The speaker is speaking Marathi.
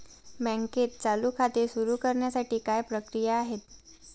बँकेत चालू खाते सुरु करण्यासाठी काय प्रक्रिया आहे?